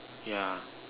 ya